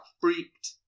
freaked